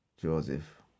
Joseph